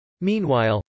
Meanwhile